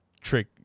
trick